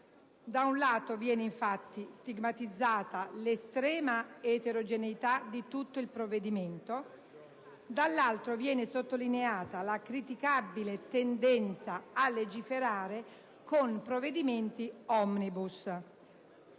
Da un lato, viene infatti stigmatizzata l'estrema eterogeneità di tutto il provvedimento, dall'altro viene sottolineata la criticabile tendenza a legiferare con provvedimenti *omnibus*.